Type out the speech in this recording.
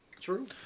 True